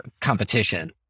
competition